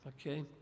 Okay